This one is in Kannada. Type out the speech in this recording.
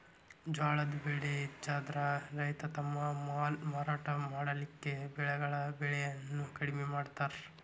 ಜ್ವಾಳದ್ ಬೆಳೆ ಹೆಚ್ಚಾದ್ರ ರೈತ ತಮ್ಮ ಮಾಲ್ ಮಾರಾಟ ಮಾಡಲಿಕ್ಕೆ ಬೆಳೆಗಳ ಬೆಲೆಯನ್ನು ಕಡಿಮೆ ಮಾಡತಾರ್